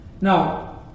Now